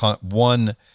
one